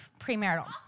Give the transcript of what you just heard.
premarital